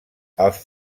els